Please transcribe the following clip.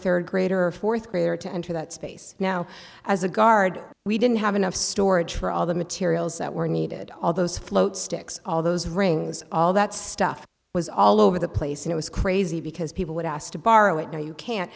third grader fourth grader to enter that space now as a guard we didn't have enough storage for all the materials that were needed all those float sticks all those rings all that stuff was all over the place and it was crazy because people would ask to borrow it no you can't